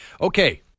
Okay